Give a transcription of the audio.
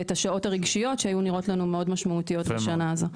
ואת השעות הרגשיות שהיו נראות לנו מאוד משמעותיות בשנה הזו.